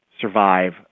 survive